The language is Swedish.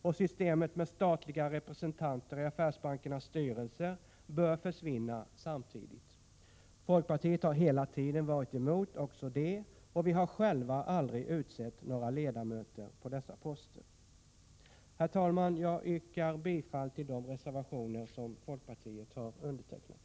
Och systemet med statliga representanter i affärsbankernas styrelser bör försvinna samtidigt. Folkpartiet har hela tiden varit emot också det, och vi har själva aldrig utsett några ledamöter på dessa poster. Herr talman! Jag yrkar bifall till de reservationer som folkpartiet har undertecknat.